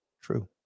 True